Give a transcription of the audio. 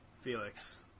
Felix